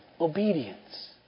obedience